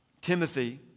Timothy